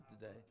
today